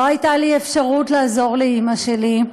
לא הייתה לי אפשרות לעזור לאימא שלי,